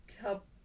help